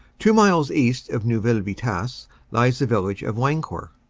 two miles east of neuville vi tasse lies the village of wancourt,